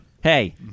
Hey